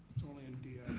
it's only in d